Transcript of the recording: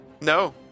No